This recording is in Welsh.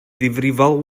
ddifrifol